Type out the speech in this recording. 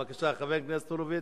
בבקשה, חבר הכנסת הורוביץ.